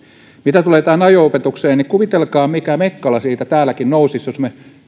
mitä tulee ajo opetukseen niin kuvitelkaa mikä mekkala siitä täälläkin nousisi jos